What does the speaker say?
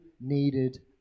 needed